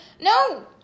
No